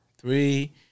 three